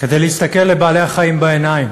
כדי להסתכל לבעלי-החיים בעיניים.